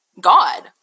god